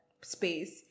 space